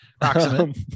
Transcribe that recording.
Approximate